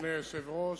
אדוני היושב-ראש,